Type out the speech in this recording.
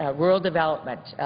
ah rural development.